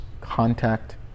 contact